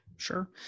Sure